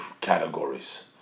categories